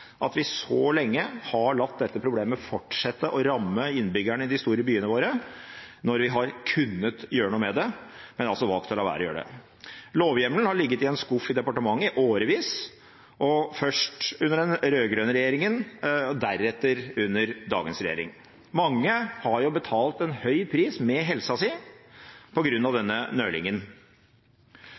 at vi så lenge har latt dette problemet fortsette å ramme innbyggerne i de store byene våre når vi har kunnet gjøre noe med det, men altså valgt å la være å gjøre det. Lovhjemmelen har ligget i en skuff i departementet i årevis, først under den rød-grønne regjeringen, deretter under dagens regjering. Mange har betalt en høy pris med helsa si på grunn av denne